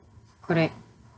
correct